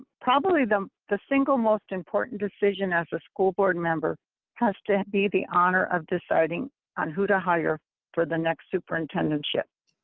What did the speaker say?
probably the the single most important decision of a school board member has to be the honor of deciding and who to hire for the next superintendentship.